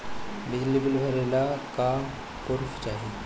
बिजली बिल भरे ला का पुर्फ चाही?